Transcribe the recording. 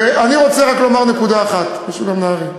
ואני רוצה רק לומר נקודה אחת, משולם נהרי,